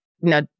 no